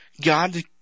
God